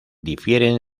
difieren